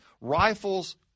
Rifles